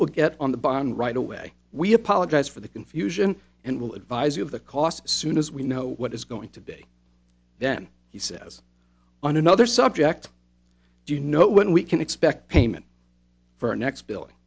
will get on the bottom right away we apologize for the confusion and will advise you of the cost soon as we know what is going to be then he says on another subject do you know when we can expect payment for next billing